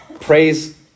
Praise